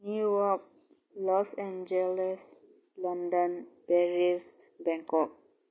New York Los Angeles London Paris Bangkok